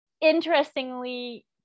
interestingly